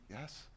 yes